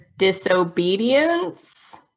disobedience